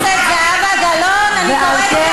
הוא יושב